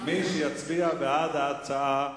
מי שיצביע בעד ההצעה,